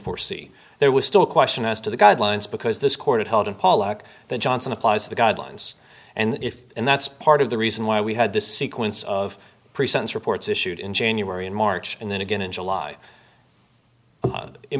c there was still a question as to the guidelines because this court upheld in pollack that johnson applies the guidelines and if and that's part of the reason why we had this sequence of pre sentence reports issued in january and march and then again in july in